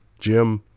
gym,